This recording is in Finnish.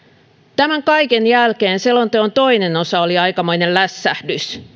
tämän kaiken jälkeen selonteon toinen osa oli aikamoinen lässähdys